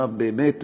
מה, באמת,